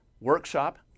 workshop